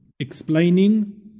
Explaining